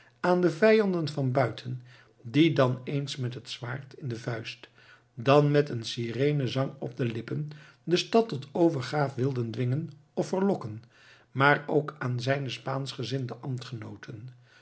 aan de vijanden van buiten die dan eens met het zwaard in de vuist dan met een sirenenzang op de lippen de stad tot overgaaf wilden dwingen of verlokken maar ook aan zijne spaanschgezinde ambtgenooten